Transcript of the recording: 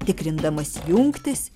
tikrindamas jungtis